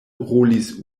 rolis